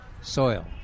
soil